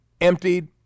emptied